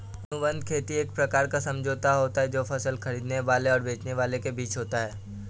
अनुबंध खेती एक प्रकार का समझौता होता है जो फसल खरीदने वाले और बेचने वाले के बीच होता है